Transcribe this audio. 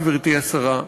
גברתי השרה,